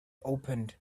opened